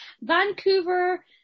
Vancouver